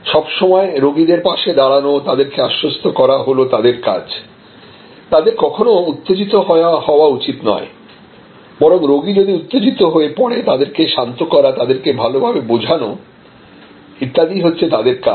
সবসময় রোগীর পাশে দাঁড়ানো তাদেরকে আশ্বস্ত করা হল তাদের কাজতাদের কখনো উত্তেজিত হওয়া উচিত নয় বরং রোগী যদি উত্তেজিত হয়ে পড়ে তাদের কে শান্ত করা তাদের কে ভালোভাবে বোঝানো ইত্যাদি হচ্ছে তাদের কাজ